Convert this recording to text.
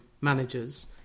managers